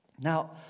Now